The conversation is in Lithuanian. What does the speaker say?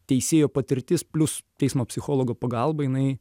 teisėjo patirtis plius teismo psichologo pagalba jinai